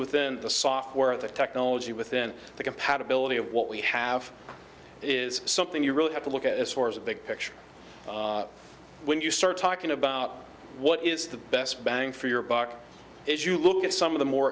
within the software of the technology within the compatibility of what we have is something you really have to look at as far as the big picture when you start talking about what is the best bang for your buck as you look at some of the more